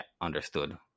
understood